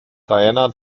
diana